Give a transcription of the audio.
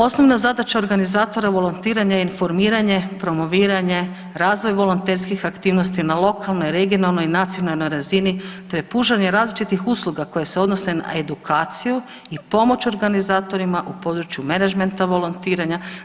Osnovna zadaća organizatora volontiranja je informiranje, promoviranje, razvoj volonterskih aktivnosti na lokalnoj, regionalnoj i nacionalnoj razini te pružanje različitih usluga koje se odnose na edukaciju i pomoć organizatorima u području menadžmenta volontiranja.